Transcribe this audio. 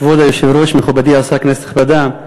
כבוד היושב-ראש, מכובדי השר, כנסת נכבדה,